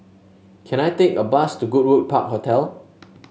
can I take a bus to Goodwood Park Hotel